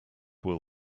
will